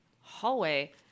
Hallway